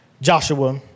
Joshua